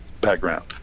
background